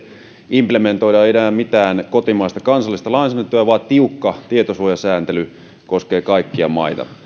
implementoida enää mitään kotimaista kansallista lainsäädäntöä vaan tiukka tietosuojasääntely koskee kaikkia maita